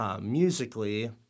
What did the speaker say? musically